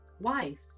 wife